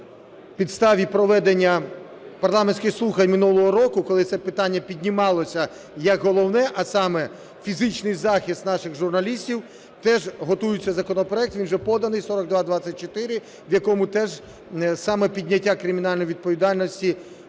на підставі проведення парламентських слухань минулого року, коли це питання піднімалося як головне, а саме фізичний захист наших журналістів, теж готується законопроект, він вже поданий, 4224, в якому теж саме підняття кримінальної відповідальності